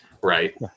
right